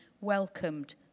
welcomed